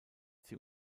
sie